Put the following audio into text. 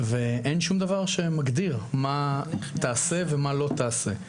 ואין שום דבר שמגדיר מה תעשה ומה לא תעשה,